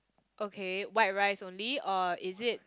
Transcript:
okay white rice only or is it